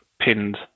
pinned